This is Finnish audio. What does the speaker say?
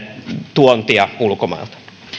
tuontia ulkomailta